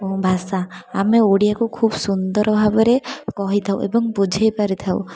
ଭାଷା ଆମେ ଓଡ଼ିଆକୁ ଖୁବ ସୁନ୍ଦର ଭାବରେ କହିଥାଉ ଏବଂ ବୁଝେଇ ପାରିଥାଉ